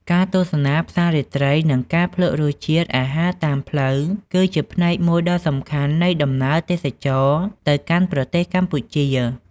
ការទស្សនាផ្សាររាត្រី និងការភ្លក្សរសជាតិអាហារតាមផ្លូវ គឺជាផ្នែកមួយដ៏សំខាន់នៃដំណើរទេសចរណ៍ទៅកាន់ប្រទេសកម្ពុជា។